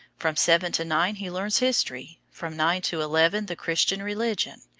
from seven to nine he learns history, from nine to eleven the christian religion.